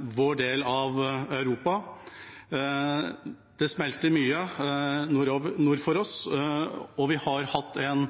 vår del av Europa. Det smelter mye nord for oss, og vi har hatt en